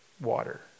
water